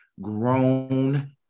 grown